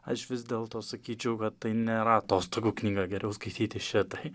aš vis dėlto sakyčiau kad tai nėra atostogų knyga geriau skaityti šitai